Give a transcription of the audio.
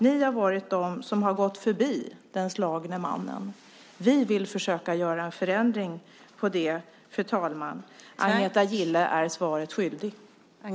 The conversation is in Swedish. Ni har gått förbi den slagne mannen. Vi vill försöka göra en förändring av detta. Agneta Gille är svaret skyldig.